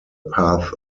path